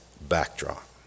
backdrop